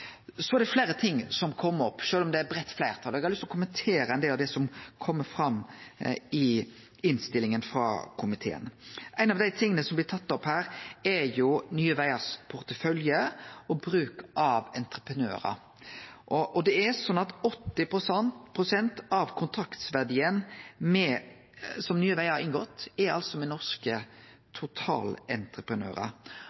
Så er det fleire ting som har kome opp, sjølv om det er eit breitt fleirtal, og eg har lyst til å kommentere ein del av det som kjem fram i innstillinga frå komiteen. Ein av dei tinga som blir tatt opp, er Nye Vegars portefølje og bruk av entreprenørar. Det er sånn at 80 pst. av kontraktsverdien som Nye Vegar har inngått, er med norske